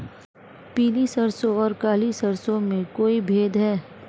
पीली सरसों और काली सरसों में कोई भेद है?